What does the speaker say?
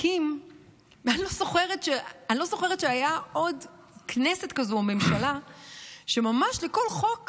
אני לא זוכרת שהייתה עוד כנסת כזו או ממשלה שממש לכל חוק